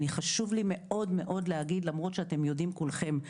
אני חשוב לי מאוד מאוד להגיד למרות שאתם יודעים כולכם,